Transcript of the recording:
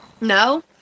No